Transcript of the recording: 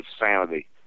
insanity